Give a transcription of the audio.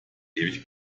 ewig